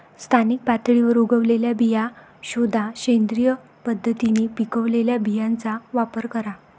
स्थानिक पातळीवर उगवलेल्या बिया शोधा, सेंद्रिय पद्धतीने पिकवलेल्या बियांचा वापर करा